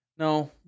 No